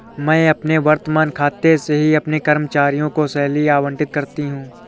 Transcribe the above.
मैं अपने वर्तमान खाते से ही अपने कर्मचारियों को सैलरी आबंटित करती हूँ